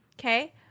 Okay